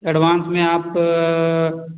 advance में आप